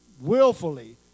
willfully